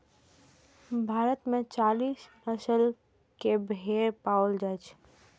भारत मे चालीस नस्ल के भेड़ पाओल जाइ छै